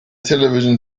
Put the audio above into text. television